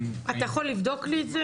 אתה יכול לבדוק לי את זה?